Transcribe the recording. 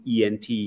ENT